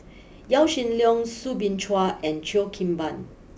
Yaw Shin Leong Soo Bin Chua and Cheo Kim Ban